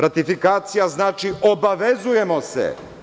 Ratifikacija znači obavezujemo se.